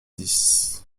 dix